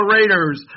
Raiders